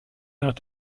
nach